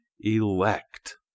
elect